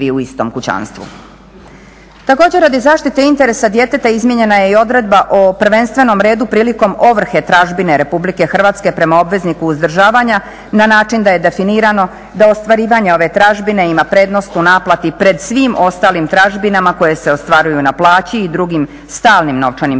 Također radi zaštite interesa djeteta izmijenjena je i odredba o prvenstvenom redu prilikom ovrhe tražbine Republike Hrvatske prema obvezniku uzdržavanja na način da je definirano da ostvarivanja ove tražbine ima prednost u naplati pred svim ostalim tražbinama koje se ostvaruju na plaći i drugim stalnim novčanim primanjima